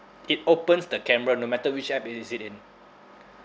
it opens the camera no matter which app is it in